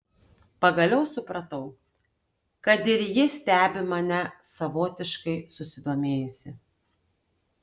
pagaliau supratau kad ir ji stebi mane savotiškai susidomėjusi